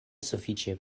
sufiĉe